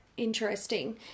interesting